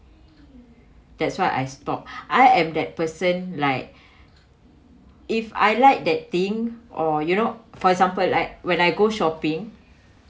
that's why I stop I am that person like if I like that thing or you know for example like when I go shopping